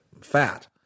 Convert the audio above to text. fat